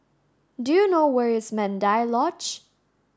do you know where is Mandai Lodge